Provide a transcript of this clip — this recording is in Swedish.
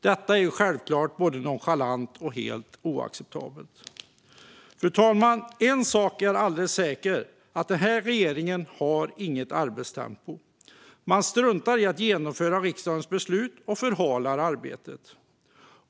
Detta är självklart både nonchalant och helt oacceptabelt. Fru talman! En sak är alldeles säker: Den här regeringen har inget arbetstempo. Man struntar i att genomföra riksdagens beslut och förhalar arbetet.